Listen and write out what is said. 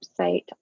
website